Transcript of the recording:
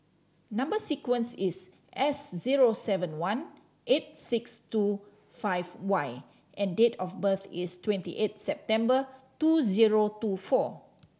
number sequence is S zero seven one eight six two five Y and date of birth is twenty eight September two zero two four